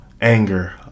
anger